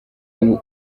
ubu